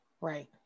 Right